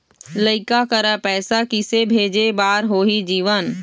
लइका करा पैसा किसे भेजे बार होही जीवन